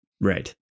right